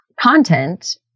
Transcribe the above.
content